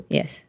Yes